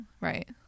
right